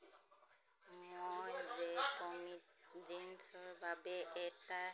মই য়েপমিত জিন্ছৰ বাবে এটা